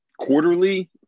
quarterly